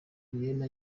julienne